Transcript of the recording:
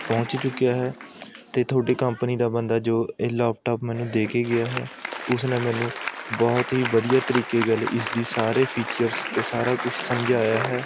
ਪਹੁੰਚ ਚੁੱਕਿਆ ਹੈ ਅਤੇ ਤੁਹਾਡੀ ਕੰਪਨੀ ਦਾ ਬੰਦਾ ਜੋ ਇਹ ਲੈਪਟੋਪ ਮੈਨੂੰ ਦੇ ਕੇ ਗਿਆ ਹੈ ਉਸਨੇ ਮੈਨੂੰ ਬਹੁਤ ਹੀ ਵਧੀਆ ਤਰੀਕੇ ਗੱਲ ਇਸਦੇ ਸਾਰੇ ਫੀਚਰਸ ਅਤੇ ਸਾਰਾ ਕੁਛ ਸਮਝਾਇਆ ਹੈ